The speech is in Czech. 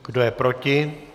Kdo je proti?